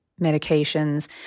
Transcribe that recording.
medications